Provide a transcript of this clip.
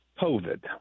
COVID